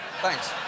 Thanks